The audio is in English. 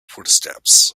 footsteps